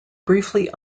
briefly